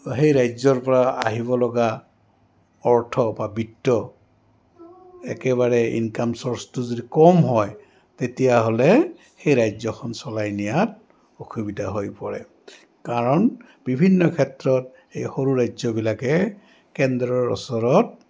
সেই ৰাজ্যৰপৰা আহিব লগা অৰ্থ বা বৃত্ত একেবাৰে ইনকাম চ'ৰ্চটো যদি কম হয় তেতিয়াহ'লে সেই ৰাজ্যখন চলাই নিয়াত অসুবিধা হৈ পৰে কাৰণ বিভিন্ন ক্ষেত্ৰত এই সৰু ৰাজ্যবিলাকে কেন্দ্ৰৰ ওচৰত